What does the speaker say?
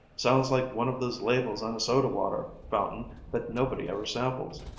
sounds like one of those labels on a soda-water fountain that nobody ever samples.